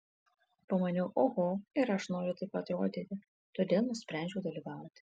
pamaniau oho ir aš noriu taip atrodyti todėl nusprendžiau dalyvauti